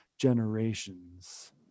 generations